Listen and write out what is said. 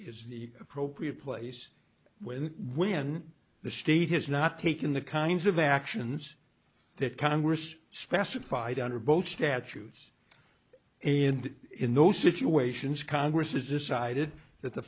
is the appropriate place when when the state has not taken the kinds of actions that congress specified under both statutes and in those situations congress has decided that the